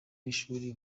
y’ishuri